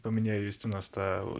paminėjo justinas tą